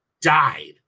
died